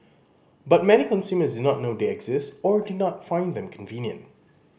but many consumers do not know they exist or do not find them convenient